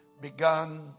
begun